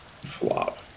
flop